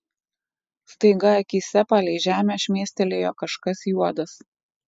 staiga akyse palei žemę šmėstelėjo kažkas juodas